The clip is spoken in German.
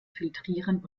filtrieren